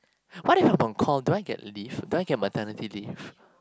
what if I'm on call do I get leave do I get maternity leave